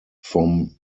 from